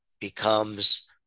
becomes